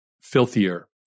filthier